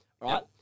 Right